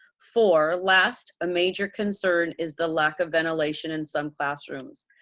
four, last, a major concern is the lack of ventilation in some classrooms.